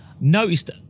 noticed